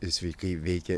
sveikai veikia